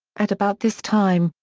at about this time,